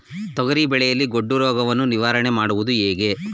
ತೊಗರಿ ಬೆಳೆಯಲ್ಲಿ ಗೊಡ್ಡು ರೋಗವನ್ನು ನಿವಾರಣೆ ಮಾಡುವುದು ಹೇಗೆ?